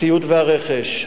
הציוד והרכש,